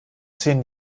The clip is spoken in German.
zehn